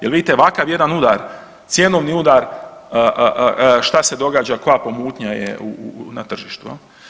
Jer vidite ovakav jedan udar, cjenovni udar šta se događa, koja pomutnja je na tržištu.